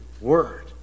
word